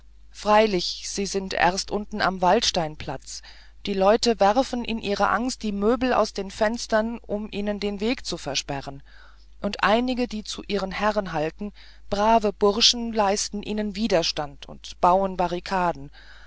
freilich sie sind erst unten am waldsteinplatz die leute werfen in ihrer angst die möbel aus den fenstern um ihnen den weg zu versperren und einige die zu ihren herren halten brave burschen leisten ihnen widerstand und bauen barrikaden